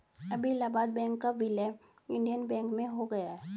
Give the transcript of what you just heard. अभी इलाहाबाद बैंक का विलय इंडियन बैंक में हो गया है